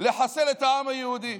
לחסל את העם היהודי,